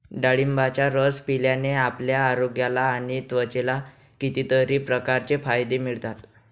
डाळिंबाचा रस पिल्याने आपल्या आरोग्याला आणि त्वचेला कितीतरी प्रकारचे फायदे मिळतात